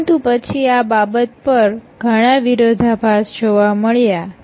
પરંતુ પછી આ બાબત પર ઘણા વિરોધાભાસ જોવા મળ્યા હતા